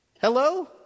hello